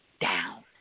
down